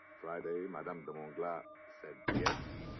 friday, madame de monte glas said yes.